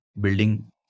building